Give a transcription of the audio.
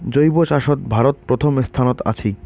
জৈব চাষত ভারত প্রথম স্থানত আছি